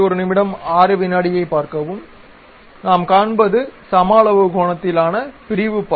நாம் காண்பது சமஅளவுக் கோணத்திலான பிரிவுப்பார்வை